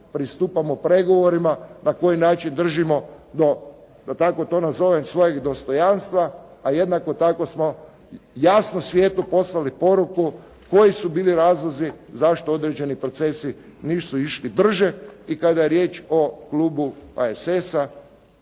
pristupamo pregovorima, na koji način držimo do da tako to nazovem svojeg dostojanstva, a jednako tako smo jasno svijetu poslali poruku koji su bili razlozi zašto određeni procesi nisu išli brže i kada je riječ o klubu HSS-a